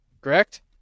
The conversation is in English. Correct